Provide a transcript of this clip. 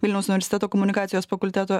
vilniaus universiteto komunikacijos fakulteto